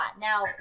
Now